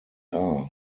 are